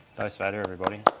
dose vader, everybody.